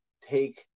take